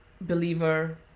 believer